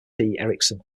erikson